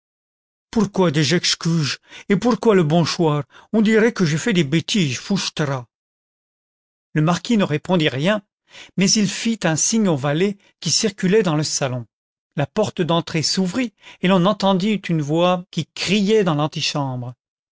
pourquoi des échecuges et pourquoi le bonchoir on dirait que j'ai fait des bêtiges fouchtra le marquis ne répondit rien mais il fit un signe aux valets qui circulaient dans le salon la porte d'entrée s'ouvrit et l'on entendit une voix qui criait dans l'antichambre